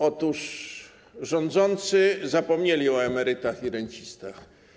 Otóż rządzący zapomnieli o emerytach i rencistach.